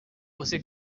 você